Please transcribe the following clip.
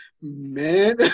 Man